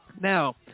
Now